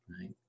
right